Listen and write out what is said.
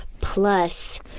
plus